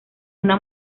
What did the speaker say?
una